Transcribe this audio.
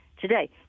today